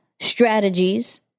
strategies